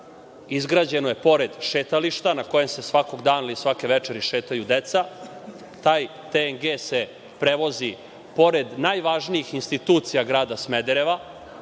parka, pored šetališta, na kojem se svakog dana ili svake večeri šetaju deca. Taj TNG se prevozi pored najvažnijih institucija grada Smedereva